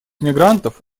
мигрантов